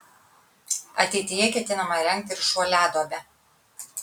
ateityje ketinama įrengti ir šuoliaduobę